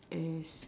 is